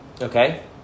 Okay